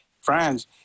France